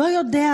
לא יודע,